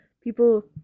People